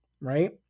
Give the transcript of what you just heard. right